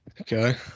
Okay